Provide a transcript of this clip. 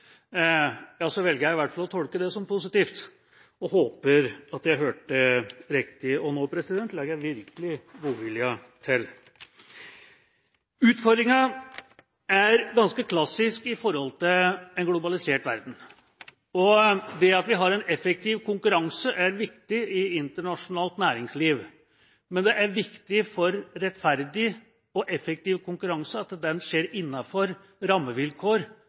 velger jeg i hvert fall å tolke det som positivt, og håper at jeg hørte riktig. Og nå legger jeg virkelig godviljen til. Utfordringen er ganske klassisk i forhold til en globalisert verden. Det at vi har en effektiv konkurranse, er viktig i internasjonalt næringsliv. Men det er viktig for rettferdig og effektiv konkurranse at den skjer innenfor rammevilkår